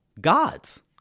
Gods